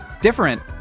different